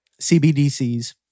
CBDCs